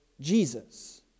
Jesus